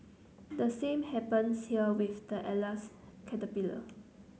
the same happens here with the Atlas caterpillar